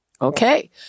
Okay